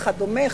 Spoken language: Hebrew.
וכדומה,